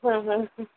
हाँ हाँ हाँ